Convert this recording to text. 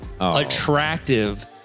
attractive